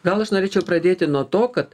gal aš norėčiau pradėti nuo to kad